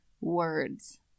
words